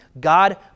God